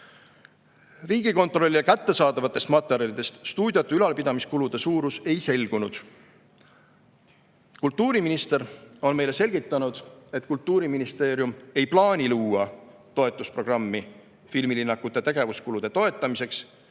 Riigikontrollile kättesaadavatest materjalidest stuudiote ülalpidamiskulude suurus ei selgunud. Kultuuriminister on meile selgitanud, et Kultuuriministeerium ei plaani luua toetusprogrammi filmilinnakute tegevuskulude toetamiseks